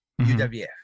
uwf